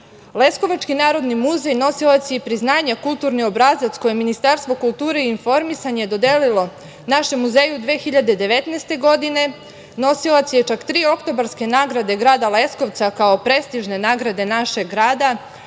Leskovački narodni muzej nosilac je i priznanja kulturni obrazac koje Ministarstvo kulture i informisanje dodelilo našem muzeju 2019. godine, nosilac je čak tri „Oktobarske nagrade“ grada Leskovca, kao prestižne nagrade našeg grada,